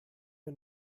wir